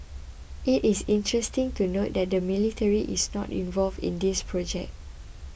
it is interesting to note that the military is not involved in this project